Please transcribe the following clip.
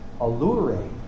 alluring